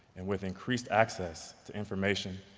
and with increased access to information,